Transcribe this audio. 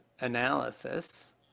analysis